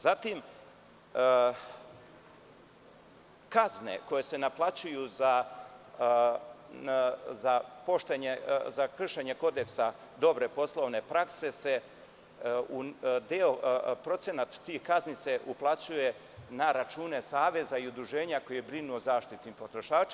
Zatim, kazne koje se naplaćuju za kršenje kodeksa dobre poslovne prakse se, procenat tih kazni se uplaćuje na račune saveza i udruženja koji brinu o zaštiti potrošača.